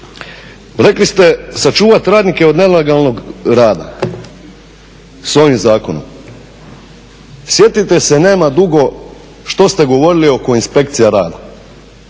Rekli ste sačuvati radnike od nelegalnog rada s ovim zakonom. Sjetite se nema dugo što ste govorili oko inspekcije rada,